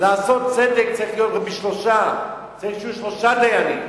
לעשות צדק צריך בשלושה, צריך שיהיו שלושה דיינים.